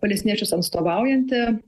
palestiniečius atstovaujantį